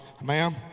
ma'am